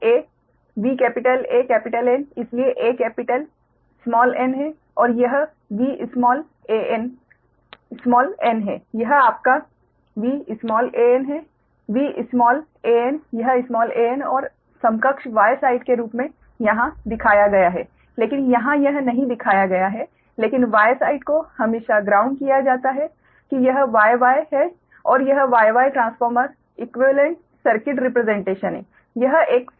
यह A VAN इसलिए A capital n है और यह Van स्माल n है यह आपका Van है Van यह स्माल 'an' और समकक्ष Y साइड के रूप में यहाँ दिखाया गया है लेकिन यहाँ यह नहीं दिखाया गया है लेकिन Y साइड को हमेशा ग्राउंड किया जाता है कि यह Y Y है और यह Y Y transformer equivalent circuit representation है